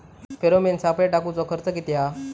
Pheromone सापळे टाकूचो खर्च किती हा?